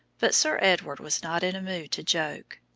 but sir edward was not in a mood to joke.